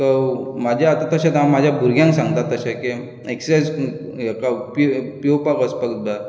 म्हजें आतां तशें काम म्हाज्या भुरग्यांक सांगता तशे की एक्सरसायज हाका पेंव पेंवपाक वचपाक जाय